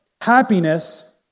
happiness